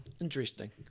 Interesting